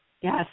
Yes